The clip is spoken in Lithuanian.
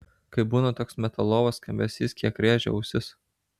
kai būna toks metalovas skambesys kiek rėžia ausis